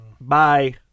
Bye